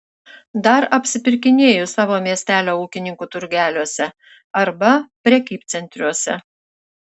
dar apsipirkinėju savo miestelio ūkininkų turgeliuose arba prekybcentriuose